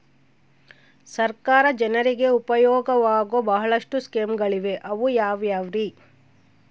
ಸರ್ಕಾರ ಜನರಿಗೆ ಉಪಯೋಗವಾಗೋ ಬಹಳಷ್ಟು ಸ್ಕೇಮುಗಳಿವೆ ಅವು ಯಾವ್ಯಾವ್ರಿ?